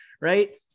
Right